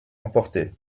emporté